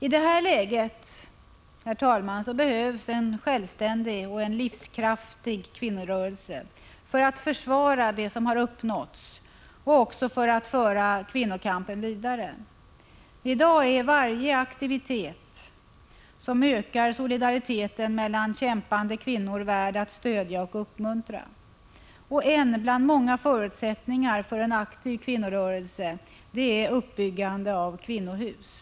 I detta läge behövs, herr talman, en självständig och livskraftig kvinnorörelse för att försvara det som uppnåtts och också för att föra kvinnokampen vidare. I dag är varje aktivitet som ökar solidariteten mellan kämpande kvinnor värd att stödja och uppmuntra. En bland många förutsättningar för en aktiv kvinnorörelse är uppbyggande av kvinnohus.